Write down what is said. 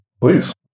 please